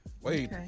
Wait